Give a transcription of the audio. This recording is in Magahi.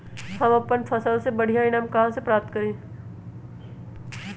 हम अपन फसल से बढ़िया ईनाम कहाँ से प्राप्त करी?